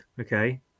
okay